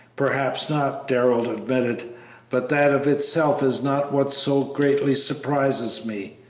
perhaps not, darrell admitted but that of itself is not what so greatly surprises me.